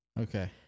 Okay